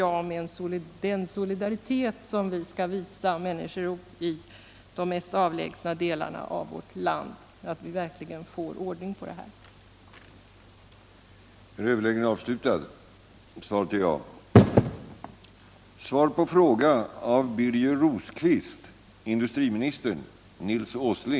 Det gäller vår solidaritet med människor i de mest avlägsna delarna av vårt land. § 5 Om de privatdrivna varvens konkurrensförhållanden